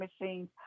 machines